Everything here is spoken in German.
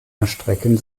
erstrecken